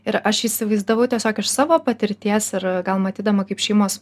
ir aš įsivaizdavau tiesiog iš savo patirties ir gal matydama kaip šeimos